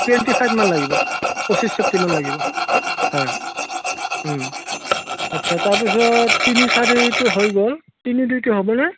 twenty ফাইভমান লাগিব পঁচিছ চেফটি মান লাগিব হয় আচ্ছা তাৰপিছত তিনি চাৰিটো হৈ গ'ল তিনি দুইটো হ'বনে